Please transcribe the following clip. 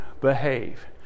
behave